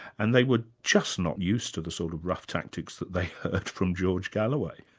and they were just not used to the sort of rough tactics that they heard from george galloway.